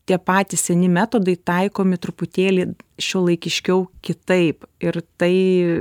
tie patys seni metodai taikomi truputėlį šiuolaikiškiau kitaip ir tai